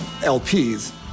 LPs